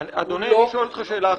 הוא לא --- אדוני, אני שואל אותך שאלה אחרת.